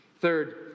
Third